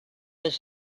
his